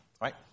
right